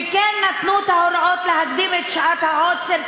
וכן נתנו את ההוראות להקדים את שעת העוצר,